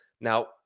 Now